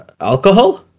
alcohol